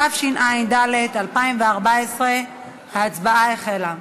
התשע"ד 2014. ההצבעה החלה.